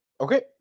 okay